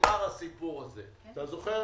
אתה זוכר,